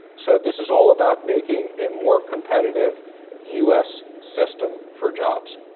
so this is all about making a more competitive u s. system for jobs.